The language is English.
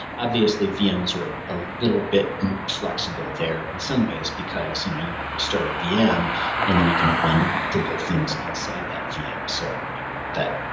obviously vm's are a little bit more flexible there in some ways because, you know, you you start a vm and then you can run multiple things inside that vm. so you know,